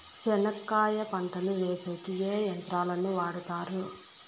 చెనక్కాయ పంటను వేసేకి ఏ యంత్రాలు ను వాడుతారు?